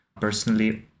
Personally